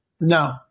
no